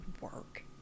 work